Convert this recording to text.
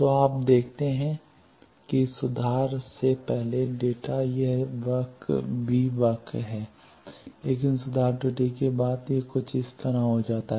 तो आप देखते हैं कि सुधार से पहले डेटा यह वक्र v वक्र है लेकिन सुधार त्रुटि सुधार के बाद यह कुछ इस तरह हो सकता है